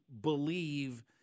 believe